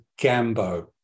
Gambo